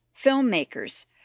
filmmakers